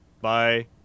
Bye